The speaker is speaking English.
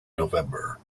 november